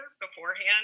beforehand